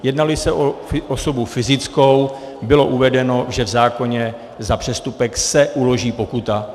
Jednáli se o osobu fyzickou, bylo uvedeno, že v zákoně za přestupek se uloží pokuta.